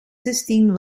zestien